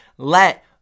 Let